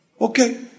Okay